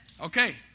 Okay